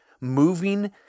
moving